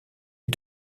est